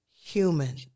human